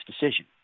decision